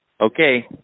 Okay